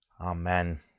amen